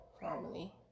family